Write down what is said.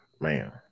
man